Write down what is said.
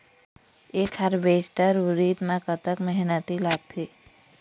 एक हेक्टेयर उरीद म कतक मेहनती लागथे?